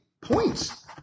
Points